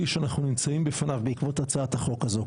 שאנחנו נמצאים בפניו בעקבות הצעת החוק הזו.